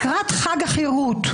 ודבר אחרון שאני רוצה לומר.